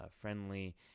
friendly